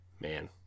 Man